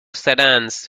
sedans